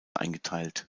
eingeteilt